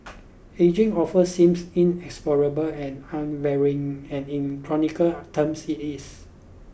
ageing often seems inexorable and unvarying and in chronological terms it is